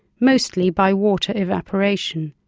mostly by water evaporation.